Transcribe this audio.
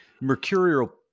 mercurial